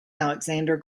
alexander